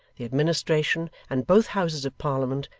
the administration, and both houses of parliament,